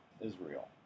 Israel